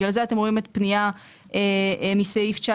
לכן אתם רואים פנייה מסעיף 19,